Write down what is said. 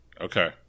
Okay